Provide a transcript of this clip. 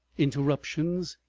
interruptions,